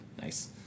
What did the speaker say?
Nice